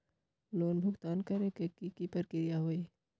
Loan भुगतान करे के की की प्रक्रिया होई?